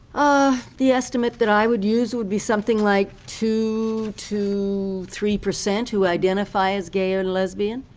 ah the estimate that i would use would be something like two to three percent who identify as gay or lesbian.